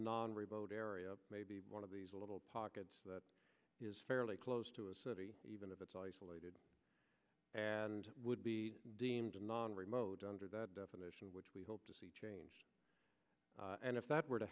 non remote area maybe one of these little pockets that is fairly close to a city even if it's isolated and would be deemed a non remote under that definition which we hope to see changed and if that were to